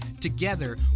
Together